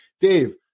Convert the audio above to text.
Dave